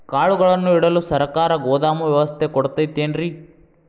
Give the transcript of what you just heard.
ಕಾಳುಗಳನ್ನುಇಡಲು ಸರಕಾರ ಗೋದಾಮು ವ್ಯವಸ್ಥೆ ಕೊಡತೈತೇನ್ರಿ?